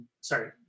sorry